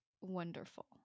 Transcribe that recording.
wonderful